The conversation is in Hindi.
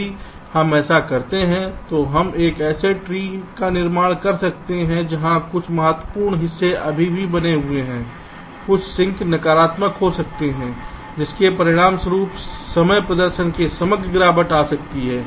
यदि हम ऐसा करते हैं तो हम एक ऐसे ट्री का निर्माण कर सकते हैं जहां कुछ महत्वपूर्ण हिस्से अभी भी बने हुए हैं कुछ सिंक नकारात्मक हो सकते हैं जिसके परिणामस्वरूप समय प्रदर्शन में समग्र गिरावट आ सकती है